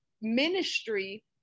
ministry